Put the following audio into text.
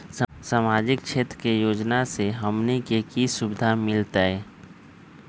सामाजिक क्षेत्र के योजना से हमनी के की सुविधा मिलतै?